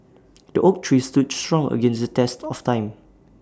the oak tree stood strong against the test of time